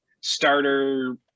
starter